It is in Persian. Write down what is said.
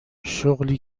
شغلی